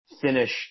finished